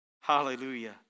Hallelujah